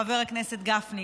חבר הכנסת גפני.